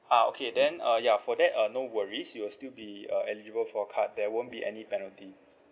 ah okay then uh ya for that uh no worries you'll still be uh eligible for card there won't be any penalty